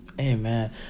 amen